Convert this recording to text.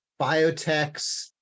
biotechs